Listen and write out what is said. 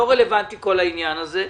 לא רלוונטי כל העניין הזה,